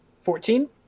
Fourteen